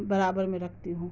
برابر میں رکھتی ہوں